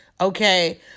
Okay